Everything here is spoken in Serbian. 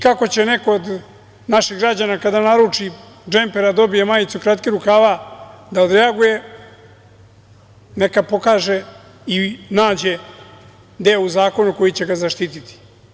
Kako će neko od naših građana kada naruči džemper, a dobije majicu kratkih rukava da odreaguje, neka pokaže i nađe deo u zakonu koji će ga zaštiti.